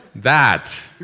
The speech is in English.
that.